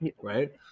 Right